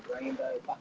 rainbow